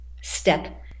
step